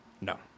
No